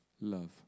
love